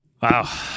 Wow